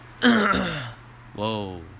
Whoa